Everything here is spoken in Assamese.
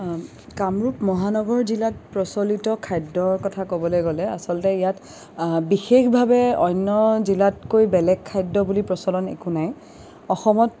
কামৰূপ মহানগৰ জিলাত প্ৰচলিত খাদ্যৰ কথা ক'বলৈ গ'লে আচলতে ইয়াত বিশেষভাৱে অন্য জিলাতকৈ বেলেগ খাদ্য বুলি প্ৰচলন একো নাই অসমত